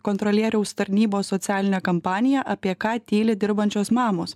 kontrolieriaus tarnybos socialinė kampanija apie ką tyli dirbančios mamos